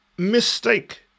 Mistake